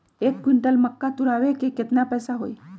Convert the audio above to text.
एक क्विंटल मक्का तुरावे के केतना पैसा होई?